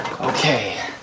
Okay